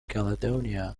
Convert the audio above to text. caledonia